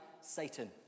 Satan